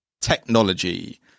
technology